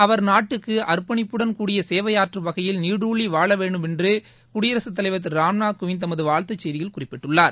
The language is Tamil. அவர் நாட்டுக்கு அர்ப்பணிப்புடன் கூடிய சேவையாற்றும் வகையில் நீடூழி வாழ வேண்டுமென்று குடியரசுத் தலைவர் திரு ராம்நாத் கோவிந்த் தமது வாழ்த்துச் செய்தியில் குறிப்பிட்டுள்ளார்